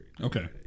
Okay